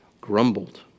grumbled